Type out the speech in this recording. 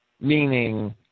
meaning